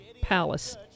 Palace